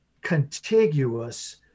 contiguous